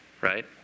right